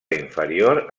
inferior